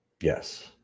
Yes